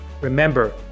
Remember